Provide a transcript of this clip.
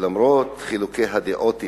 שלמרות חילוקי הדעות אתם,